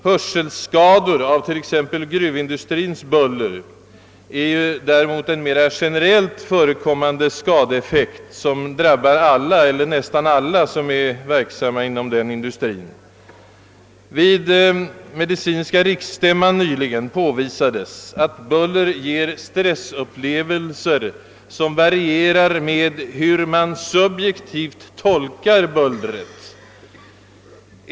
Hörselskador av t.ex. gruvindustrins buller är däremot en mera generellt förekommande = skadeeffekt som drabbar alla eller nästan alla som är verksamma inom sådan industri. Vid den nyligen hållna medicinska riksstämman påvisades att buller ger stressupplevelser som varierar med hur man subjektivt tolkar bullret.